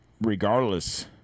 regardless